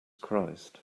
christ